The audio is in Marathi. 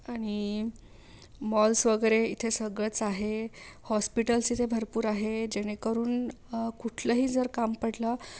आणि मॉल्स वगैरे इथे सगळंच आहे हॉस्पिटल्स इथं भरपूर आहेत जेणेकरून कुठलंही जर काम पडलं